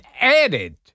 added